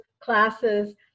classes